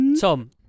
Tom